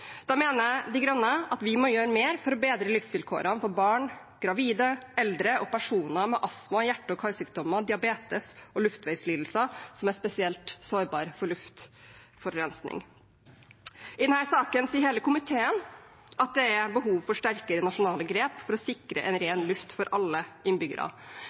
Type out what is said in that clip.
Da mener De Grønne at vi må gjøre mer for å bedre livsvilkårene for barn, gravide, eldre og personer med astma, hjerte- og karsykdommer, diabetes og luftveislidelser, som er spesielt sårbare for luftforurensning. I denne saken sier hele komiteen at det er behov for sterkere nasjonale grep for å sikre ren luft for alle innbyggere.